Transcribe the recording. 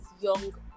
young